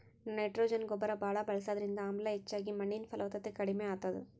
nitrogen ಗೊಬ್ಬರ್ ಭಾಳ್ ಬಳಸದ್ರಿಂದ ಆಮ್ಲ ಹೆಚ್ಚಾಗಿ ಮಣ್ಣಿನ್ ಫಲವತ್ತತೆ ಕಡಿಮ್ ಆತದ್